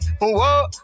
whoa